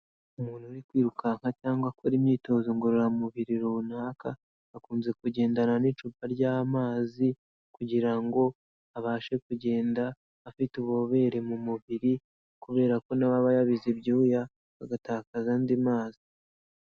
Umuntu uri kwirukanka cyangwa akora imyitozo ngororamubiri runaka, akunze kugendana n'icupa ry'amazi kugira ngo abashe kugenda afite ububobere mu mubiri kubera ko na we aba yabize ibyuya, agatakaza andi mazi.